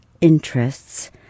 interests